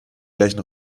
gleichen